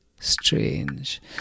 Strange